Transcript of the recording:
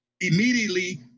immediately